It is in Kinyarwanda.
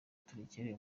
turekere